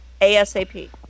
ASAP